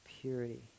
purity